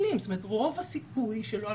רוב הסיכוי שיש פה דברים מפלילים.